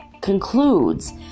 concludes